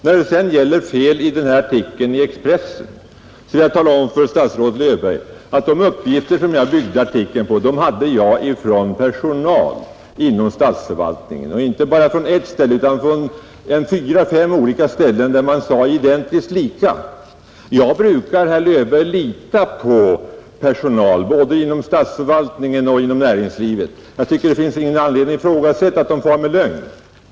När det sedan gäller felet i artikeln i Expressen vill jag tala om för statsrådet Löfberg att jag hade fått de uppgifter jag byggde artikeln på från personal inom statsförvaltningen, inte bara från ett ställe utan från fyra, fem ställen, där man uttryckte sig identiskt lika. Jag brukar, herr Löfberg, lita på personal både inom statsförvaltningen och inom näringslivet. Jag tycker att det inte finns någon anledning att ifrågasätta att den far med lögn.